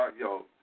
yo